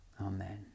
Amen